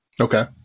Okay